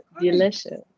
delicious